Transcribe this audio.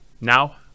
Now